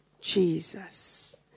Jesus